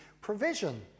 provision